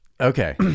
okay